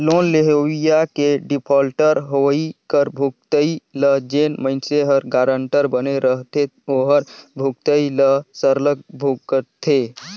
loan लेवइया के defaulter होवई कर भुगतई ल जेन मइनसे हर गारंटर बने रहथे ओहर भुगतई ल सरलग भुगतथे